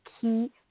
key